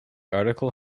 article